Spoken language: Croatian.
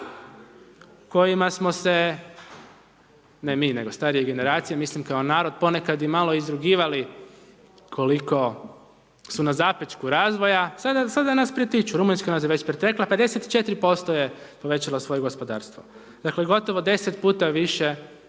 kojima smo se, ne mi nego starije generacije, mislim kao narod ponekad i malo izrugivali koliko su na zapećku razvoja. Sada nas pretiču. Rumunjska nas je već pretekle, 54% je povećala svoje gospodarstvo. Dakle gotovo 10 puta više